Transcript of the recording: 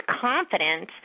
confidence